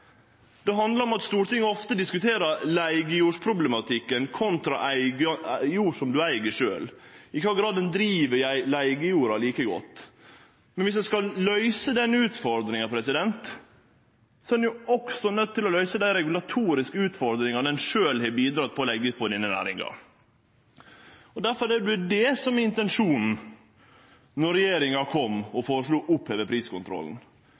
det handlar om at Stortinget ofte diskuterer leigejordsproblematikken kontra jord som ein eig sjølv, i kva grad ein driv leigejorda like godt. Dersom ein skal løyse den utfordringa, er ein også nøydd til å løyse dei regulatoriske utfordringane ein sjølv har bidrege til å leggje på denne næringa. Difor var det det som var intensjonen då regjeringa føreslo å oppheve priskontrollen.